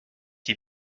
die